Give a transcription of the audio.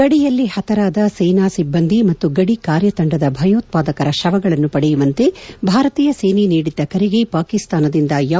ಗಡಿಯಲ್ಲಿ ಪತರಾದ ಸೇನಾ ಸಿಬ್ಲಂದಿ ಮತ್ತು ಗಡಿ ಕಾರ್ಯತಂಡದ ಭಯೋತ್ತಾದಕರ ಶವಗಳನ್ನು ಪಡೆಯುವಂತೆ ಭಾರತೀಯ ಸೇನೆ ನೀಡಿದ್ದ ಕರೆಗೆ ಪಾಕಿಸ್ತಾನದಿಂದ ಯಾವುದೇ ಪ್ರಕ್ರಿಯೆ ಇಲ್ಲ